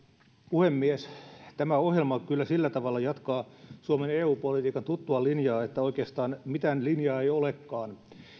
puhemies tämä ohjelma kyllä sillä tavalla jatkaa suomen eu politiikan tuttua linjaa että oikeastaan mitään linjaa ei olekaan